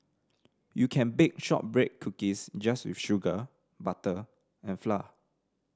you can bake shortbread cookies just with sugar butter and flour